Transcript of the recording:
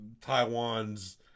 Taiwan's